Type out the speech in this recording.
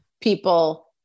people